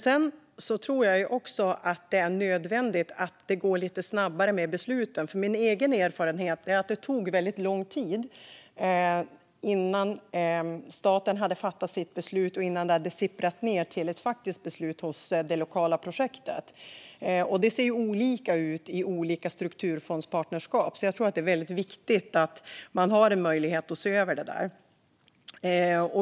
Jag tror också att det är nödvändigt att besluten går lite snabbare. Min egen erfarenhet är att det tog väldigt lång tid innan staten hade fattat sitt beslut och det hade sipprat ned och blivit till ett faktiskt beslut hos det lokala projektet. Detta ser olika ut i olika strukturfondspartnerskap. Jag tror att det är väldigt viktigt att man har möjlighet att se över detta.